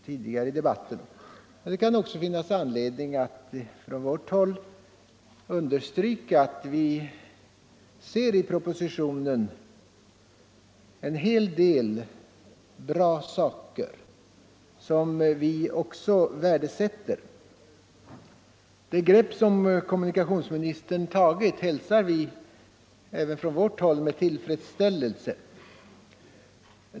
Men det finns också anledning att från vårt håll understryka att vi i propositionen ser en hel del bra saker som vi värdesätter. Det grepp som kommunikationsministern har tagit hälsar även vi med tillfredsställelse.